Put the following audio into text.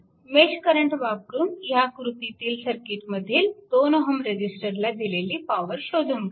mesh current पद्धत वापरून ह्या आकृतीतील सर्किट मधील 2Ω रेजिस्टरला दिलेली पॉवर शोधून काढा